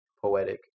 Poetic